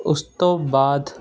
ਉਸ ਤੋਂ ਬਾਅਦ